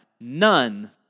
None